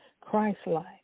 Christ-like